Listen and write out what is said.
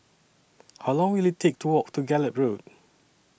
How Long Will IT Take to Walk to Gallop Road